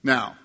Now